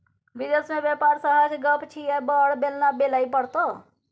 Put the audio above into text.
विदेश मे बेपार सहज गप छियै बड़ बेलना बेलय पड़तौ